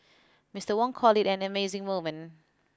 Mister Wong called it an amazing moment